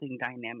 dynamic